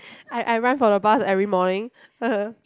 I I run for the bus every morning